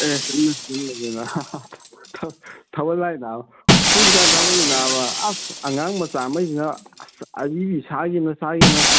ꯑꯦ ꯊꯥꯕꯜ ꯂꯥꯏꯔꯤ ꯅꯥꯕ ꯍꯧꯖꯤꯛꯀꯥꯟ ꯊꯥꯕꯜꯁꯤ ꯅꯥꯕ ꯑꯁ ꯑꯉꯥꯡ ꯃꯆꯥ ꯉꯩꯁꯤꯅ ꯑꯁ ꯑꯔꯤꯕꯤ ꯁꯈꯤꯕꯖꯤꯅ ꯁꯈꯤꯕꯖꯤꯅ